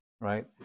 right